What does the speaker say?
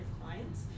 clients